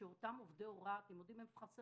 אותם עובדי הוראה חסרים